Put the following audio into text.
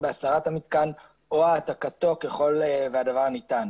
בהסרת המתקן או העתקתו ככל שהדבר ניתן".